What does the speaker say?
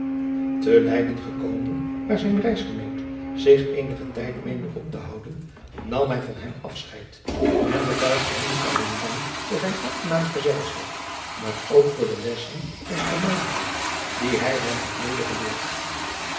te leyden gekomen waar zijn reisgenoot zich eenigen tijd meende op te houden nam hij van hem afscheid en betuigde hem niet alleen dank voor zijn aangenaam gezelschap maar ook voor de lessen en vermaningen die hij hem had